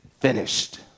finished